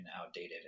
outdated